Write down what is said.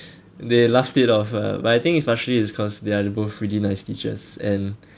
they laughed it off ah but I think it's partially it's cause they're the both really nice teachers and